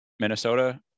Minnesota